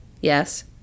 Yes